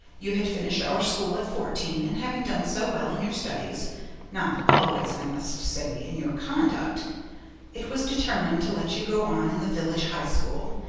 you had finished our school at fourteen, and having done so well in your studies not always, i must say, in your conduct it was determined to let you go on in the village high school.